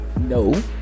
No